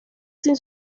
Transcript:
sin